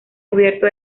cubierto